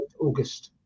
August